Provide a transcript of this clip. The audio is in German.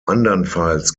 andernfalls